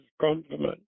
compliment